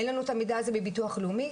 אין לנו את המידע הזה מביטוח לאומי,